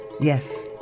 Yes